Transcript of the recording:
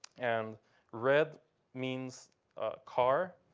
and red means car.